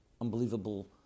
unbelievable